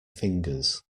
fingers